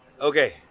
Okay